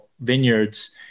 vineyards